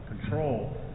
control